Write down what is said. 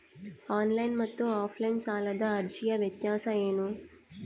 Online ಮತ್ತು offline ಸಾಲದ ಅರ್ಜಿಯ ವ್ಯತ್ಯಾಸ ಏನು?